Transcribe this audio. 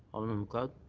alderman macleod?